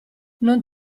non